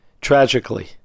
tragically